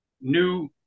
new